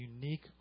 unique